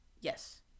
yes